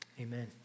Amen